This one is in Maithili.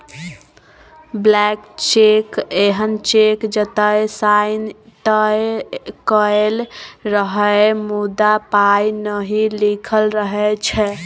ब्लैंक चैक एहन चैक जतय साइन तए कएल रहय मुदा पाइ नहि लिखल रहै छै